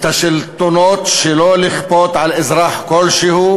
את השלטונות שלא לכפות על אזרח כלשהו